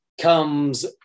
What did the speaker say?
comes